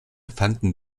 fanden